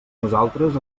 nosaltres